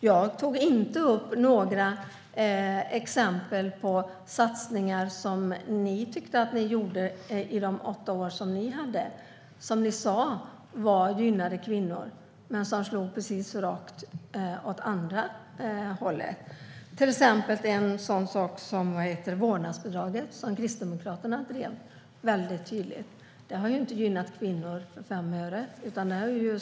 Jag tog inte upp några exempel på satsningar som ni gjorde under de åtta år som ni hade makten. Ni sa att de gynnade kvinnor, men de slog precis rakt åt andra hållet. Vårdnadsbidraget är ett exempel. Kristdemokraterna drev det väldigt tydligt. Det har ju inte gynnat kvinnor för fem öre.